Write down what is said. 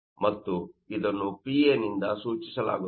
ಮತ್ತು ಇದನ್ನು PA ನಿಂದ ಸೂಚಿಸಲಾಗುತ್ತದೆ